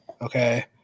Okay